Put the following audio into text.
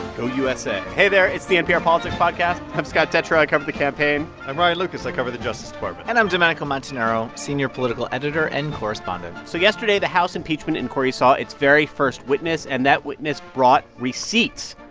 go usa. hey, there. it's the npr politics podcast. i'm scott detrow. i cover the campaign i'm ryan lucas. i cover the justice department and i'm domenico montanaro, senior political editor and correspondent so yesterday, the house impeachment inquiry saw its very first witness and that witness brought receipts.